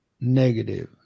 negative